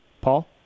Paul